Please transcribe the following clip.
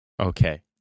Okay